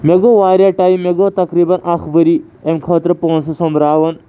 مےٚ گوٚو واریاہ ٹایم مےٚ گوٚو تقریٖباً اَکھ ؤری اَمہِ خٲطرٕ پوںٛسہٕ سوٚمبراوان